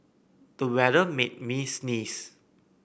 the weather made me sneeze